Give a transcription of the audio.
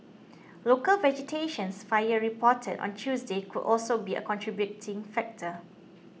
local vegetations fires reported on Tuesday could also be a contributing factor